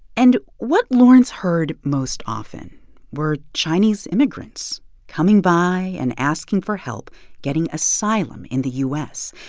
and what lawrence heard most often were chinese immigrants coming by and asking for help getting asylum in the u s,